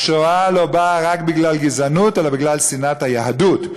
השואה לא באה רק בגלל גזענות אלא בגלל שנאת היהדות.